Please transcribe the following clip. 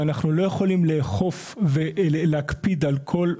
ואנחנו לא יכולים לאכוף ולהקפיד על כל,